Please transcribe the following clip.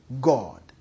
God